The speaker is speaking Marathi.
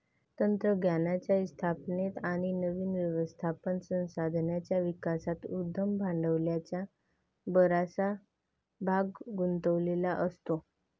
तंत्रज्ञानाच्या स्थापनेत आणि नवीन व्यवस्थापन संघाच्या विकासात उद्यम भांडवलाचा बराचसा भाग गुंतलेला असतो